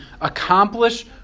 accomplish